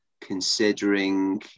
considering